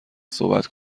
صحبت